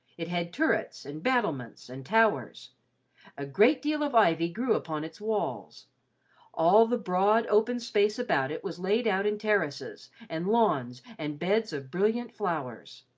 it had turrets and battlements and towers a great deal of ivy grew upon its walls all the broad, open space about it was laid out in terraces and lawns and beds of brilliant flowers.